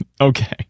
Okay